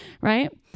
right